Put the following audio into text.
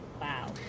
Wow